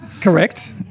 Correct